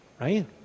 right